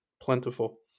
plentiful